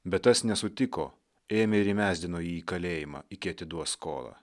bet tas nesutiko ėmė ir įmesdino jį į kalėjimą iki atiduos skolą